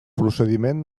procediment